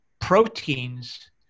proteins